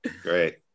great